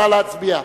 נא להצביע.